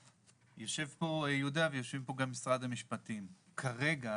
יושב פה יהודה ויושבים פה גם משרד המשפטים, כרגע